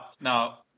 now